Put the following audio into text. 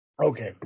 Okay